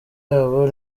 yabo